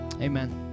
Amen